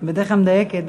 שלוש דקות.